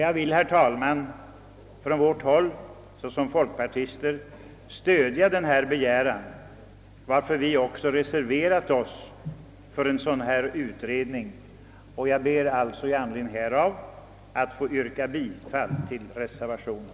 Jag vill, herr talman, från folkpartiets sida stödja denna begäran, varför vi också har reserverat oss för en sådan utredning, och jag ber i anledning härav att få yrka bifall till reservationen.